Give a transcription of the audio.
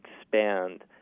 expand